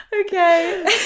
Okay